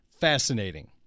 fascinating